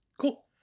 Cool